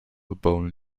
erbauen